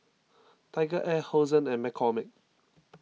TigerAir Hosen and McCormick